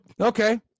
Okay